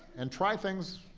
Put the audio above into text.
and try things,